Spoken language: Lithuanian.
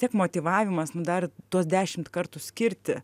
tiek motyvavimas nu dar tuos dešimt kartų skirti